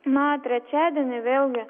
na trečiadienį vėlgi